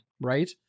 right